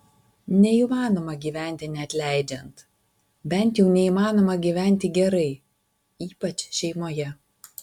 neįmanoma gyventi neatleidžiant bent jau neįmanoma gyventi gerai ypač šeimoje